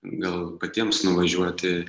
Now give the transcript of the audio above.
gal patiems nuvažiuoti